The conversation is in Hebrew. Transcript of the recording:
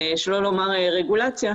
ושלא לומר רגולציה.